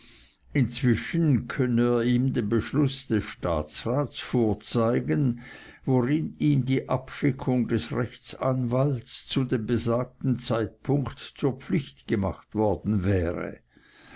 inzwischen könne er ihm den beschluß des staatsrats vorzeigen worin ihm die abschickung des rechtsanwalts zu dem besagten zeitpunkt zur pflicht gemacht worden wäre